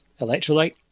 electrolyte